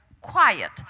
Quiet